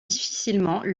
difficilement